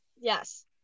Yes